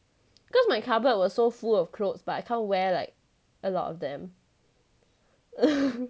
cause my cupboard was so full of clothes but I can't wear like a lot of them